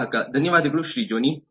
ಗ್ರಾಹಕ ಧನ್ಯವಾದಗಳು ಶ್ರೀಜೋನಿ